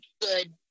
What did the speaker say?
good